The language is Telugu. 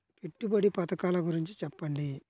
పెట్టుబడి పథకాల గురించి చెప్పండి?